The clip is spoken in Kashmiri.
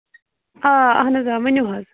آ اَہَن حظ آ ؤنِو حظ